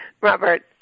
Robert